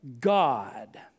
God